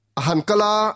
ahankala